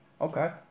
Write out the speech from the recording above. Okay